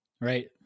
right